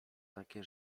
takie